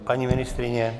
Paní ministryně?